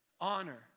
Honor